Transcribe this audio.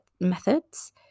methods